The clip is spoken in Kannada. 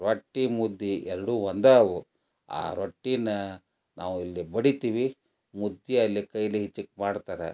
ರೊಟ್ಟಿ ಮುದ್ದೆ ಎರಡು ಒಂದು ಅವು ಆ ರೊಟ್ಟಿನ ನಾವು ಇಲ್ಲಿ ಬಡಿತೀವಿ ಮುದ್ದೆ ಅಲ್ಲಿ ಕೈಲಿ ಹಿಚಿಕ್ ಮಾಡ್ತಾರಾ